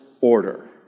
order